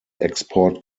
export